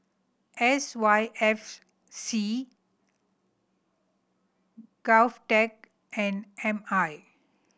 S Y F C GovTech and M I